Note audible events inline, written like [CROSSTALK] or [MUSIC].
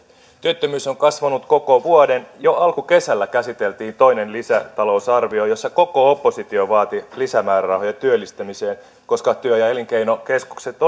työttömyys on kasvanut koko vuoden jo alkukesällä käsiteltiin toinen lisätalousarvio jossa koko oppositio vaati lisämäärärahoja työllistämiseen koska työ ja elinkeinokeskukset [UNINTELLIGIBLE]